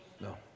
No